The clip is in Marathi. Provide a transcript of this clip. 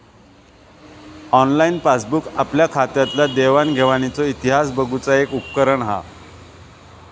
ऑनलाईन पासबूक आपल्या खात्यातल्या देवाण घेवाणीचो इतिहास बघुचा एक उपकरण हा